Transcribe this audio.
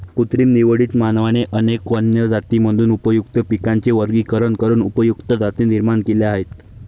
कृत्रिम निवडीत, मानवाने अनेक वन्य जातींमधून उपयुक्त पिकांचे वर्गीकरण करून उपयुक्त जाती निर्माण केल्या आहेत